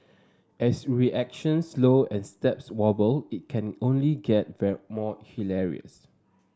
as reactions slow and steps wobble it can only get more hilarious